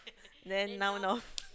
then now north